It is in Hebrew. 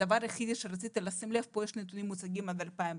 הדבר אליו צריך לשים לב הוא שיש פה נתונים עד 2019,